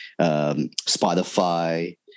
Spotify